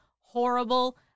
horrible